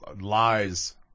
Lies